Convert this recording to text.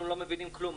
אנחנו לא מבינים כלום.